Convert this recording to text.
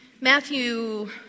Matthew